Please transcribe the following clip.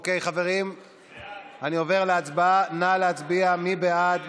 אני עובר להצבעה, נא להצביע: מי בעד?